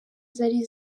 zari